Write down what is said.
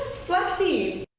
fluffy.